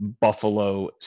Buffalo